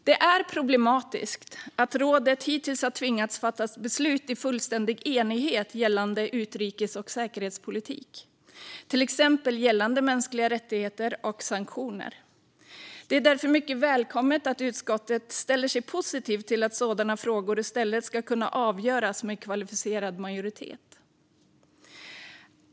Det är problematiskt att rådet hittills har tvingats fatta beslut i fullständig enighet gällande utrikes och säkerhetspolitik, till exempel gällande mänskliga rättigheter och sanktioner. Det är därför mycket välkommet att utskottet ställer sig positivt till att sådana frågor i stället ska kunna avgöras med kvalificerad majoritet.